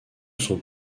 sont